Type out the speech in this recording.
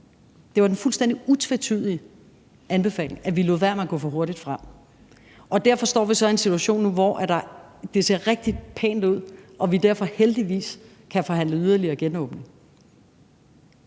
Det var den fuldstændig utvetydige anbefaling, at vi lod være med at gå for hurtigt frem. Derfor står vi så i en situation nu, hvor det ser rigtig pænt ud og vi derfor heldigvis kan forhandle om yderligere genåbning.